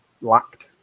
lacked